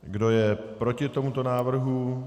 Kdo je proti tomuto návrhu?